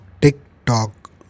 TikTok